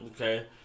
okay